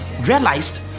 realized